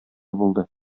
булды